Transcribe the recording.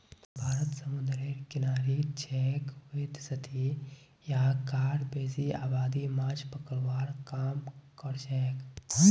भारत समूंदरेर किनारित छेक वैदसती यहां कार बेसी आबादी माछ पकड़वार काम करछेक